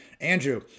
Andrew